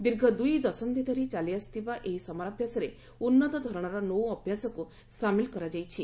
ଦୀର୍ଘ ଦୁଇ ଦଶନ୍ଦି ଧରି ଚାଲି ଆସିଥିବା ଏହି ସମରାଭ୍ୟାସର ଉନ୍ନତ ଧରଣର ନୌଅଭ୍ୟାସକୁ ସାମିଲ୍ କରାଯାଇଛି